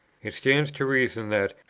it stands to reason that,